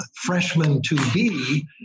freshman-to-be